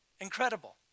Incredible